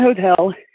Hotel